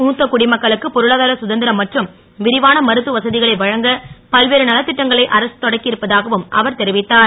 மூத்த குடிமக்களுக்கு பொருளாதார கதந் ரம் மற்றும் விரிவான மருத்துவ வச களை வழங்க பல்வேறு நலத் ட்டங்களை அரசு தொடக்கி ருப்பதாகவும் அவர் தெரிவித்தார்